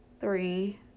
three